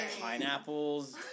pineapples